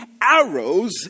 arrows